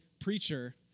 preacher